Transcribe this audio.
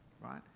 right